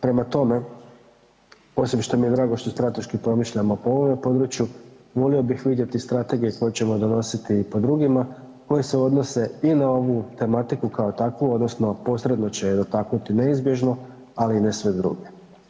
Prema tome, osim što mi je drago što strateški promišljamo po ovome području, volio bih vidjeti strategije koje ćemo donositi i po drugima koje se odnose i na ovu tematiku kao takvu odnosno posredno će je dotaknuti neizbježno, ali ne i sve druge.